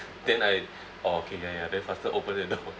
then I orh K K ya then faster open the door